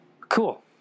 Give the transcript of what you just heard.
Cool